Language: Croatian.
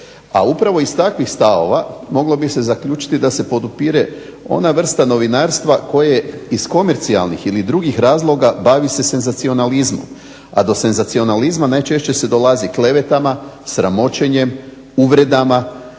a upravo iz takvih stavova moglo bi se zaključiti da se podupire ona vrsta novinarstva koja iz komercijalnih ili drugih razloga bavi se senzacionalizmom, a do senzacionalizma najčešće se dolazi klevetama, sramoćenjem, uvredama